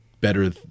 better